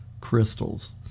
crystals